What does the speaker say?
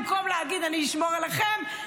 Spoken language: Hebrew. במקום להגיד: אני אשמור עליכם,